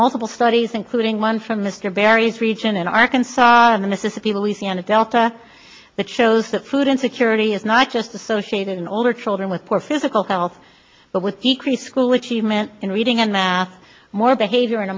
multiple studies including one from mr barry's region in arkansas on the mississippi louisiana delta that shows that food insecurity is not just associated in older children with poor physical health but with decreased school achievement in reading and math more behavior and